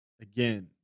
Again